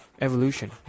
Evolution